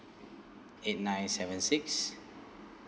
eight nine seven six